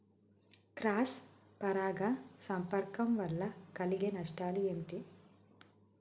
Cross పరాగ సంపర్కం వల్ల కలిగే నష్టాలు ఏమిటి?